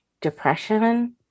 depression